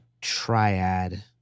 triad